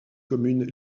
communes